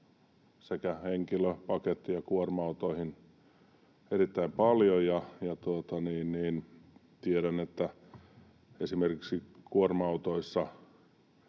sekä henkilö-, paketti- ja kuorma-autoihin erittäin paljon, ja tiedän, että esimerkiksi kuorma-autoissa